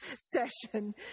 session